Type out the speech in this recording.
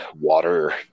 water